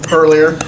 earlier